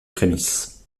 prémices